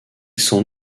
s’en